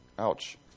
Ouch